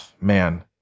man